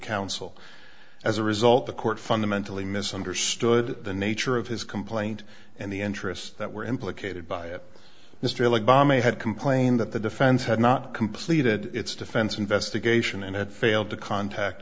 counsel as a result the court fundamentally misunderstood the nature of his complaint and the interests that were implicated by it mr like balmy had complained that the defense had not completed its defense investigation and had failed to contact